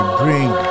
bring